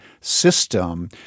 system